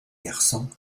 garçon